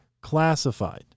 classified